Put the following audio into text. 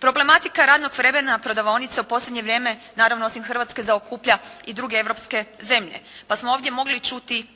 Problematika radnog vremena prodavaonica u posljednje vrijeme, naravno osim Hrvatske zaokuplja i druge europske zemlje. Pa smo ovdje mogli čuti